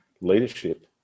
leadership